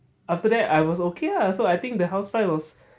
after that I was okay ah so I think the house fly was